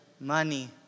money